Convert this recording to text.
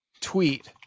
tweet